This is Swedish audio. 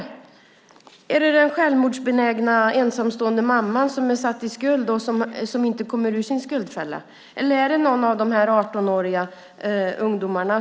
Och det gäller inte enbart ungdomar.